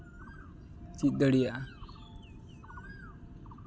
ᱪᱮᱫ ᱫᱟᱲᱮᱭᱟᱜᱼᱟ